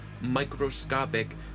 microscopic